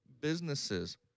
businesses